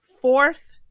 fourth